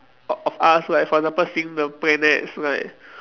o~ of us like for example seeing the planets like